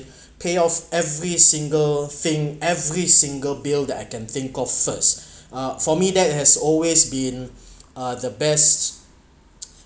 pay off every single thing every single bill that I can think of first uh for me that has always been uh the best